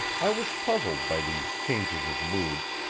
i was puzzled by these changes of mood,